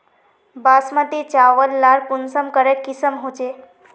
बासमती चावल लार कुंसम करे किसम होचए?